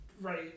right